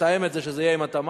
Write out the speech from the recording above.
לתאם את זה שזה יהיה עם התמ"ת.